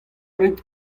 rit